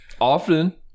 Often